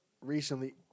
recently